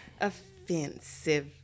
offensive